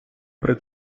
при